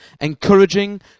encouraging